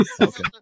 Okay